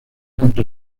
amplio